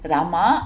Rama